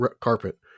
carpet